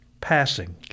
passing